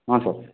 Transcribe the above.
ହଁ ସାର୍